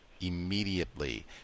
immediately